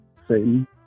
satan